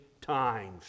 times